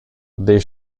des